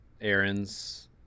errands